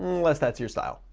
unless that's your style.